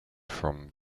from